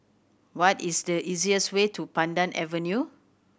what is the easiest way to Pandan Avenue